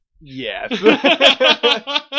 Yes